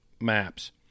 maps